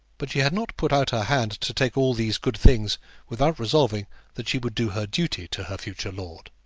but she had not put out her hand to take all these good things without resolving that she would do her duty to her future lord.